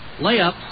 layup